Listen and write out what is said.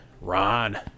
Ron